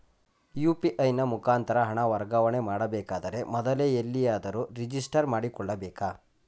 UPI ನ ಮುಖಾಂತರ ಹಣ ವರ್ಗಾವಣೆ ಮಾಡಬೇಕಾದರೆ ಮೊದಲೇ ಎಲ್ಲಿಯಾದರೂ ರಿಜಿಸ್ಟರ್ ಮಾಡಿಕೊಳ್ಳಬೇಕಾ?